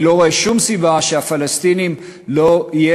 אני לא רואה שום סיבה שלפלסטינים לא יהיו